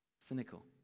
cynical